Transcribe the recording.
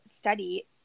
study